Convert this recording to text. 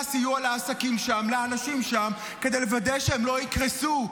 סיוע לעסקים שם לאנשים שם כדי לוודא שהם לא יקרסו?